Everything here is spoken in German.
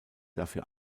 dafür